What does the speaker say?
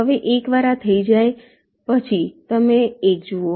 હવે એકવાર આ થઈ જાય પછી તમે 1 જુઓ